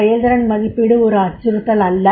செயல்திறன் மதிப்பீடு ஒரு அச்சுறுத்தல் அல்ல